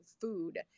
food